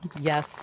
Yes